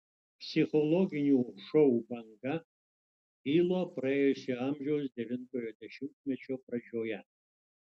psichologinių šou banga kilo praėjusio amžiaus devintojo dešimtmečio pradžioje